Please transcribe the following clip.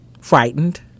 frightened